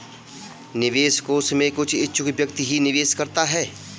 निवेश कोष में कुछ इच्छुक व्यक्ति ही निवेश करता है